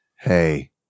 hey